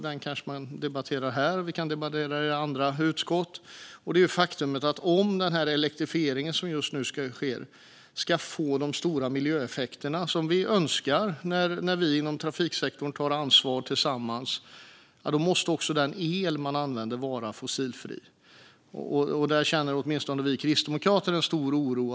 Den kanske vi kan debattera här eller i utskott. Det är det faktum att om den elektrifiering som nu sker ska få de stora miljöeffekter som vi önskar när vi inom trafiksektorn tar ansvar tillsammans måste också den el man använder vara fossilfri. Där känner åtminstone vi kristdemokrater en stor oro.